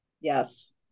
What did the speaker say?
Yes